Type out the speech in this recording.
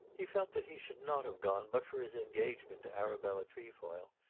he felt that he should not have gone but for his engagement to arabella trefoil,